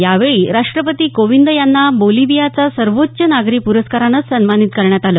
यावेळी राष्ट्रपती कोविंद यांना बोलिवियाचा सर्वोच्च नागरी पुरस्कारानं सन्मानित करण्यात आलं